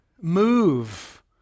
move